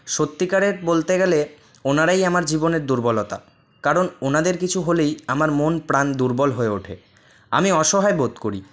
সত্যিকারের বলতে গেলে ওনারাই আমার জীবনের দুর্বলতা কারণ ওনাদের কিছু হলেই আমার মন প্রাণ দুর্বল হয়ে ওঠে আমি অসহায় বোধ করি